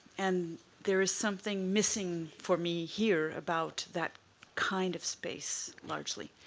and there is something missing for me here about that kind of space largely.